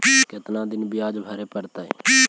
कितना दिन बियाज भरे परतैय?